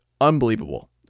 unbelievable